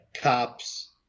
cops